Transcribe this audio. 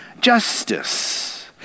justice